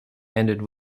ended